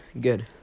good